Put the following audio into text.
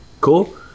cool